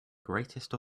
greatest